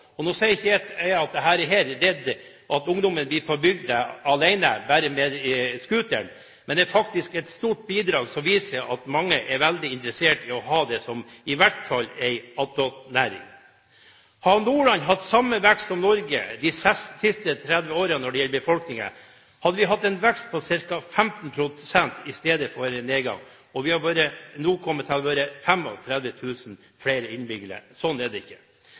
Nå sier ikke jeg at dette med scooteren alene får ungdommen tilbake til bygda, men det er faktisk et stort bidrag, som viser at mange er veldig interessert i å ha dette i hvert fall som en attåtnæring. Hadde Nordland hatt samme befolkningsvekst som Norge de siste 30 årene, hadde vi hatt en vekst på ca. 15 pst. – i stedet for en nedgang – og vi ville nå ha vært 35 000 flere innbyggere. Slik er det ikke.